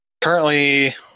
Currently